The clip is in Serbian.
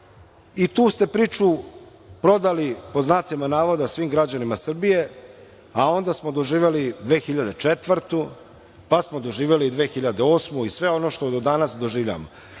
ste priču prodali, pod znacima navoda, svih građanima Srbije, a onda smo doživeli 2004. godinu, pa smo doživeli 2008. godinu i sve ono što do danas doživljavamo.